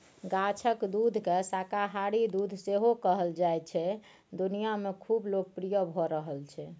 गाछक दुधकेँ शाकाहारी दुध सेहो कहल जाइ छै दुनियाँ मे खुब लोकप्रिय भ रहल छै